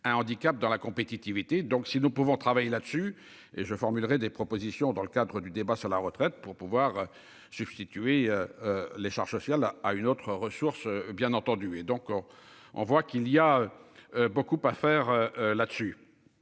un handicap dans la compétitivité. Donc si nous pouvons travailler là-dessus et je formulerait des propositions dans le cadre du débat sur la retraite pour pouvoir substituer. Les charges sociales là à une autre ressource bien entendu et donc on, on voit qu'il y a. Beaucoup à faire là dessus.